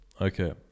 okay